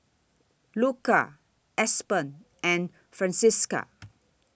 Luka Aspen and Francisca